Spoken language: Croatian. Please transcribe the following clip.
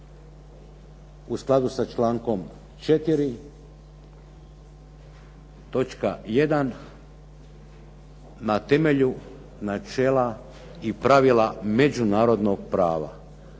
u skladu sa člankom 4. točka 1. na temelju načela i pravila međunarodnog prava.".